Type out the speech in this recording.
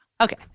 Okay